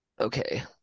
okay